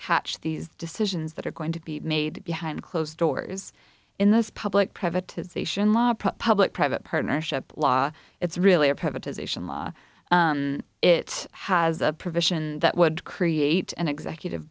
catch these decisions that are going to be made behind closed doors in this public privatization law public private partnership law it's really a privatization law it has a provision that would create an executive